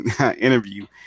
interview